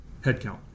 headcount